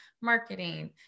marketing